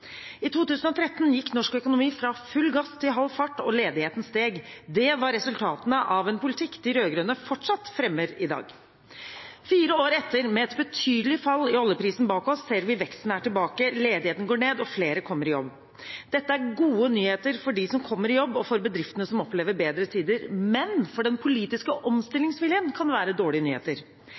I 2013 gikk norsk økonomi fra full gass til halv fart og ledigheten steg. Det var resultatene av en politikk de rød-grønne fortsatt fremmer i dag. Fire år etter, med et betydelig fall i oljeprisen bak oss, ser vi at veksten er tilbake, ledigheten går ned og flere kommer i jobb. Dette er gode nyheter for dem som kommer i jobb og for bedriftene som opplever bedre tider, men for den politiske omstillingsviljen kan det være dårlige nyheter.